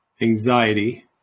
anxiety